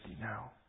now